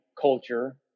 culture